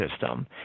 system